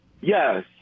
Yes